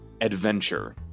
adventure